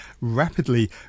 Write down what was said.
rapidly